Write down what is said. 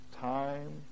time